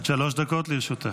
בבקשה, עד שלוש דקות לרשותך.